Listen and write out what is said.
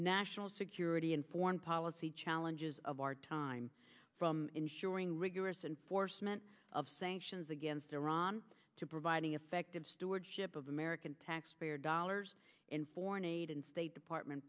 national security and foreign policy challenges of our time ensuring rigorous and foresman of sanctions against iran to providing effective stewardship of american taxpayer dollars in foreign aid and state department